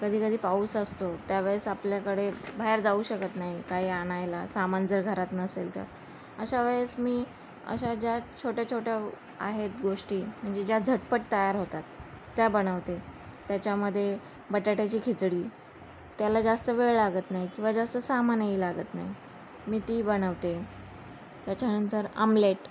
कधी कधी पाऊस असतो त्यावेळेस आपल्याकडे बाहेर जाऊ शकत नाही काही आणायला सामान जर घरात नसेल तर अशा वेळेस मी अशा ज्या छोट्या छोट्या आहेत गोष्टी म्हणजे ज्या झटपट तयार होतात त्या बनवते त्याच्यामध्ये बटाट्याची खिचडी त्याला जास्त वेळ लागत नाही किंवा जास्त सामानही लागत नाही मी ती बनवते त्याच्यानंतर आमलेट